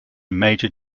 major